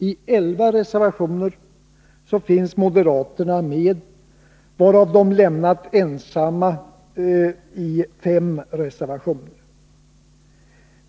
I elva reservationer finns moderaterna med, och i fem av dessa står de ensamma.